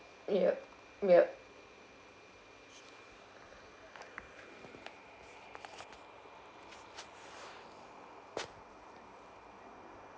yup yup